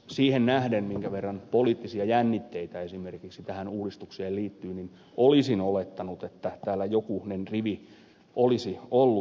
siihen nähden minkä verran poliittisia jännitteitä esimerkiksi tähän uudistukseen liittyy olisin olettanut että täällä jokunen rivi olisi ollut